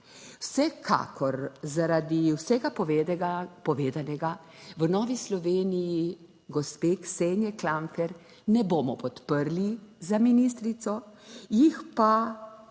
Vsekakor zaradi vsega povedanega v Novi Sloveniji gospe Ksenije Klampfer ne bomo podprli za ministrico, ji pa